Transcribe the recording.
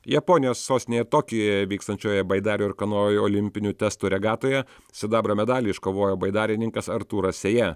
japonijos sostinėje tokijuje vykstančioje baidarių ir kanojų olimpinių testų regatoje sidabro medalį iškovojo baidarininkas artūras sėja